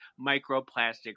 microplastic